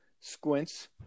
Squints